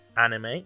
anime